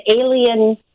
alien